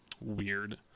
weird